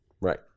Right